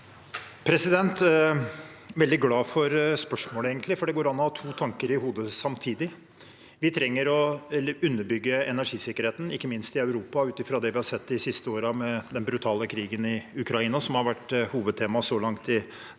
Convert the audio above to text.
Jeg er veldig glad for spørsmålet, for det går an å ha to tanker i hodet samtidig. Vi trenger å underbygge energisikkerheten, ikke minst i Europa, ut fra det vi har sett de siste årene, med den brutale krigen i Ukraina, som har vært hovedtemaet så langt i denne